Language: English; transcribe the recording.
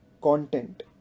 Content